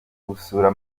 gusura